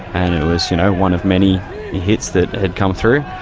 and it was you know one of many hits that had come through.